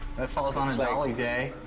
that falls on a dali day.